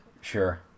Sure